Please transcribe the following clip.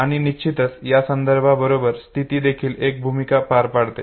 आणि निश्चितच संदर्भाबरोबर स्थिती देखील एक भूमिका पार पाडते